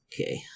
Okay